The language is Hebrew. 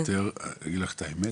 אגיד לך את האמת,